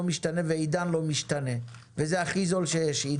משתנה ועידן לא משתנה ועידן הוא הכי זול שיש.